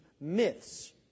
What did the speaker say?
myths